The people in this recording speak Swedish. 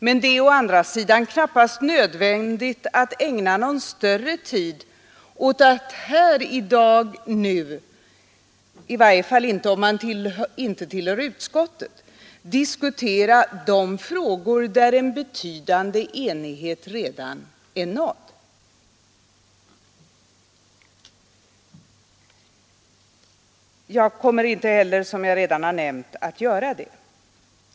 Men det är å andra sidan knappast nödvändigt att ägna någon längre tid åt att i dag — i varje fall inte om man inte tillhör utskottet — diskutera de frågor beträffande vilka en betydande enighet redan är nådd. Jag kommer inte heller, som jag redan har nämnt, att göra det.